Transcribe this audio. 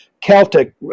celtic